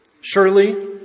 Surely